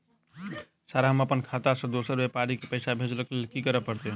Sir हम अप्पन खाता सऽ दोसर व्यापारी केँ पैसा भेजक लेल की करऽ पड़तै?